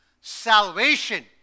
salvation